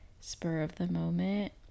spur-of-the-moment